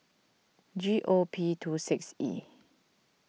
G O P two six E